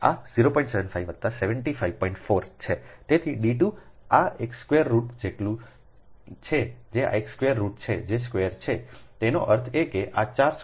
છે તેથી d 2 એ તે સ્ક્વેર રુટ જેટલું છે જે આ સ્ક્વેર રુટ છે જે સ્ક્વેર છેતેનો અર્થ એ કે આ 4 સ્ક્વેર વત્તા આ 7